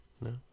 No